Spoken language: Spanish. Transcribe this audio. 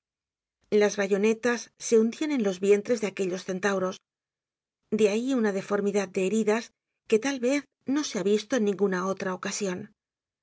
las bayonetas se hundian en los vientres de aquellos centauros de ahí una deformidad de heridas que tal vez no se ha visto en ninguna otra ocasion